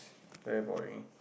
very boring